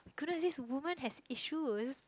couldn't this women has issues